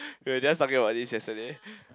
we were just talking about this yesterday